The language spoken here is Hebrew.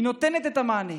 היא נותנת מענה.